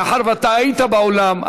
מאחר שאתה היית באולם,